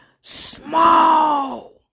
small